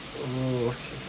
oh okay